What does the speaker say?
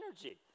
energy